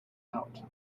out